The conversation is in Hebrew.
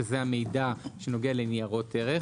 שזה המידע שנוגע לניירות ערך,